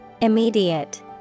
Immediate